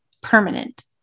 permanent